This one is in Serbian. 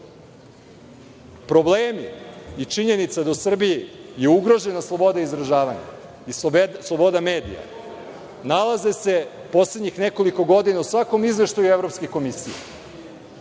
Problemi i činjenica da Srbiji je ugrožena sloboda izražavanja i sloboda medija nalaze se poslednjih nekoliko godina u svakom izveštaju Evropske komisije.